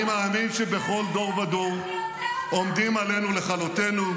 אני מאמין שבכל דור ודור עומדים עלינו לכלותנו,